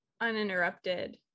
uninterrupted